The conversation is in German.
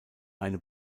eine